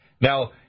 Now